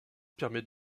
permet